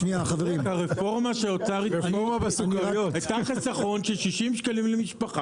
הרפורמה שהאוצר --- חיסכון של 60 שקלים למשפחה